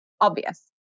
obvious